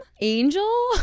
angel